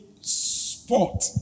sport